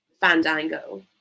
Fandango